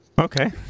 Okay